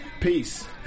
Peace